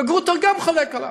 וגרוטו גם חולק עליו.